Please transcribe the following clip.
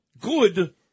good